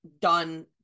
done